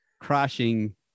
crashing